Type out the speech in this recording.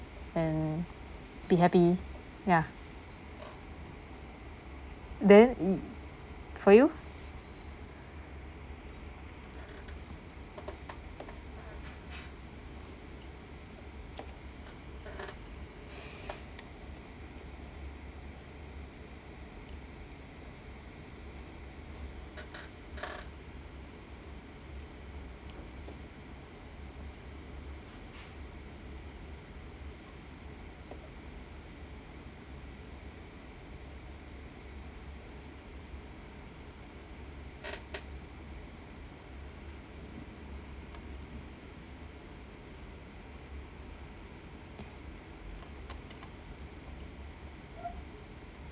and be happy ya then it for you